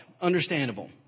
Understandable